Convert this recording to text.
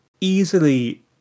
easily